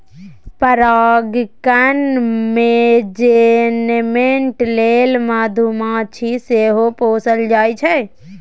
परागण मेनेजमेन्ट लेल मधुमाछी सेहो पोसल जाइ छै